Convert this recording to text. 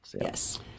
Yes